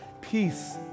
peace